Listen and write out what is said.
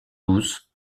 douces